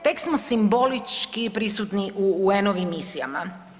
Tek smo simbolički prisutni u UN-ovim misijama.